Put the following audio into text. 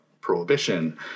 prohibition